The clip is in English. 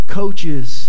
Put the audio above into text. coaches